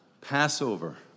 Passover